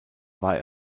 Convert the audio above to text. war